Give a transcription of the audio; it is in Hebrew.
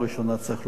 צריך לומר,